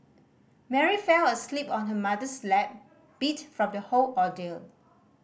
Mary fell asleep on her mother's lap beat from the whole ordeal